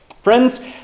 Friends